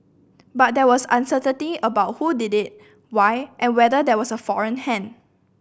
but there was uncertainty about who did it why and whether there was a foreign hand